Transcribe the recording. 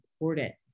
important